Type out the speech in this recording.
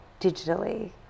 digitally